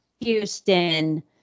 Houston